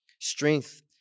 strength